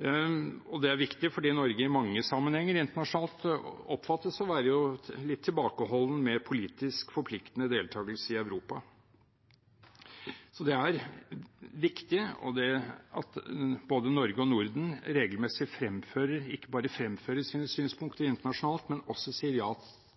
Det er viktig fordi Norge i mange sammenhenger internasjonalt oppfattes å være litt tilbakeholden når det gjelder politisk forpliktende deltakelse i Europa. Så det er viktig at både Norge og Norden regelmessig ikke bare fremfører sine synspunkter internasjonalt, men også sier ja